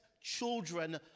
children